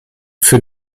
für